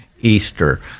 Easter